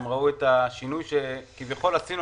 הם ראו את השינוי שכביכול עשינו,